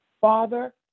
Father